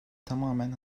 tamamen